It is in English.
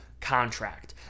contract